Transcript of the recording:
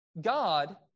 God